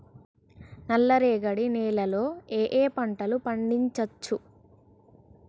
నల్లరేగడి నేల లో ఏ ఏ పంట లు పండించచ్చు?